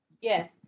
Yes